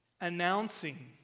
announcing